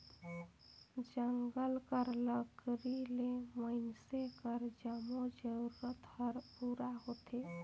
जंगल कर लकरी ले मइनसे कर जम्मो जरूरत हर पूरा होथे